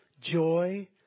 joy